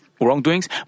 wrongdoings